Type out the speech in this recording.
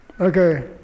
Okay